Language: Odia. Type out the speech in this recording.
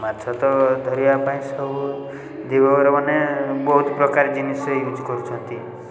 ମାଛ ତ ଧରିବା ପାଇଁ ସବୁ ଧିବରମାନେ ବହୁତ ପ୍ରକାର ଜିନିଷ ୟୁଜ୍ କରୁଛନ୍ତି